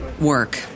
work